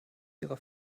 ihrer